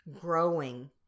growing